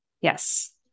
Yes